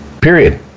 Period